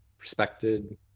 respected